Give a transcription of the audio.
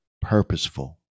purposeful